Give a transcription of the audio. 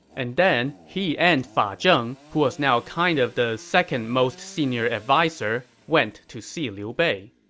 and then he and fa ah zheng, who was now kind of the second most senior adviser, went to see liu bei.